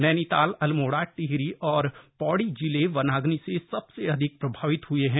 नैनीताल अल्मोड़ा टिहरी और पौड़ी जिले वनाग्नि से सबसे अधिक प्रभावित है